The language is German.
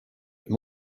noch